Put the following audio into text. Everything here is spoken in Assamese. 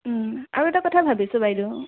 আৰু এটা কথা ভাবিছোঁ বাইদেউ